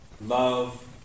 love